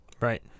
Right